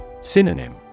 Synonym